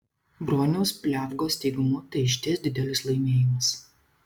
broniaus pliavgos teigimu tai išties didelis laimėjimas